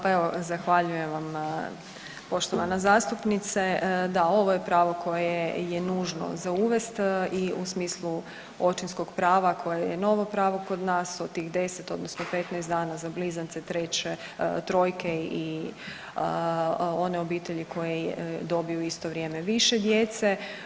Pa evo zahvaljujem vam na poštovana zastupnice, da ovo je pravo koje je nužno za uvesti i u smislu očinskog prava koje je novo pravo kod nas od tih 10 odnosno 15 dana za blizance, treće, trojke i one obitelji koje dobiju u isto vrijeme više djece.